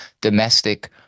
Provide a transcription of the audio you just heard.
domestic